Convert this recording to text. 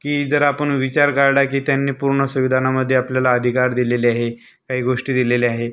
की जर आपण विचार काढला की त्यांनी पूर्ण संविधानामध्ये आपल्याला अधिकार दिलेले आहे काही गोष्टी दिलेल्या आहे